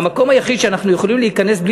המקום היחיד שאנחנו יכולים להיכנס בלי